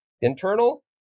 internal